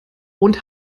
und